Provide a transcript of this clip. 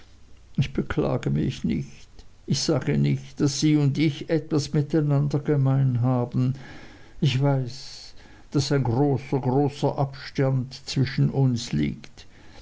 ich beklage mich nicht ich sage nicht daß sie und ich etwas miteinander gemein haben ich weiß daß ein großer großer abstand zwischen uns liegt